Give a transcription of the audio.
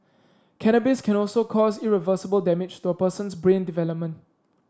cannabis can also cause irreversible damage to a person's brain development